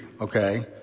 okay